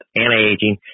anti-aging